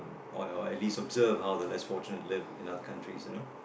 or or at least observe how the less fortunate live in other countries you know